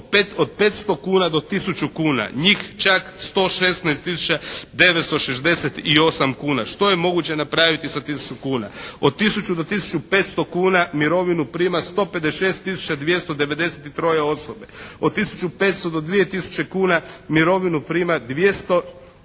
Od 500 kuna do 1000 kuna njih čak 116968 kuna. Što je moguće napraviti sa 1000 kuna? Od 1000 do 1500 kuna prima 156293 osobe. Od 1500 do 2000 kuna mirovinu prima 295016